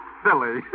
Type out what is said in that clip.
silly